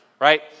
right